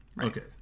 Okay